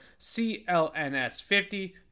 CLNS50